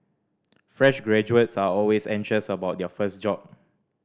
fresh graduates are always anxious about their first job